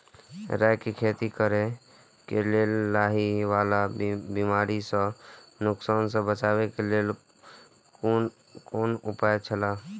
राय के खेती करे के लेल लाहि वाला बिमारी स नुकसान स बचे के लेल कोन उपाय छला?